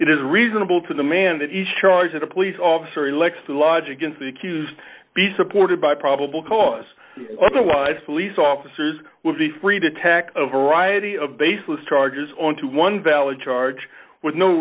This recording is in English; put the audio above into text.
is reasonable to the man each charge that a police officer elects to lodge against the accused be supported by probable cause otherwise police officers will be free to attack a variety of baseless charges on to one valid charge with no